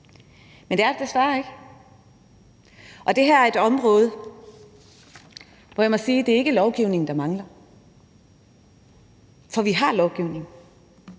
Men det er det desværre ikke, og det her er et område, hvor jeg må sige, at det ikke er lovgivning, der mangler, for vi har lovgivning.